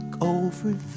over